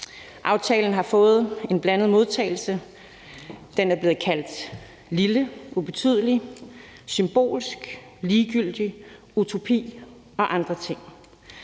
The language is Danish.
Aftalen har fået en blandet modtagelse, den er blevet kaldt lille, ubetydelig, symbolsk, ligegyldig, utopi og andre ting.